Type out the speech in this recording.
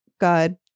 God